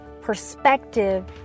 perspective